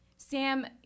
Sam